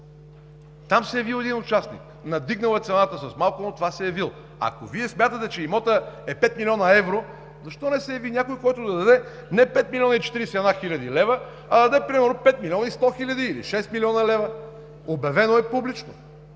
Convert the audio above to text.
Там се е явил един участник. Надигнал е цената с малко, но той се е явил. Ако Вие смятате, че имотът е 5 млн. евро, защо не се яви някой, който да даде не 5 млн. 41 хил. лв., а да даде примерно 5 млн. 100 хил. лв. или 6 млн. лв.? Обявено е публично!